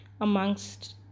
amongst